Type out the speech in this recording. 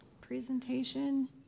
presentation